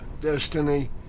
Destiny